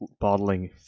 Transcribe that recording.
bottling